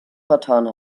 vertan